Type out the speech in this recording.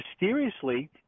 mysteriously –